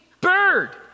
bird